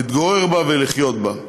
להתגורר בה ולחיות בה.